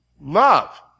Love